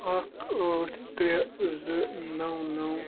اکھ ٲٹھ ترٛےٚ زٕ نَو نَو